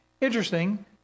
interesting